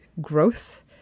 growth